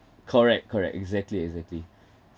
correct correct exactly exactly